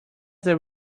their